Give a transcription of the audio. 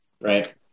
right